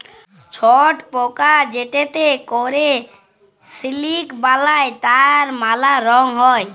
ছট পকা যেটতে ক্যরে সিলিক বালাই তার ম্যালা রগ হ্যয়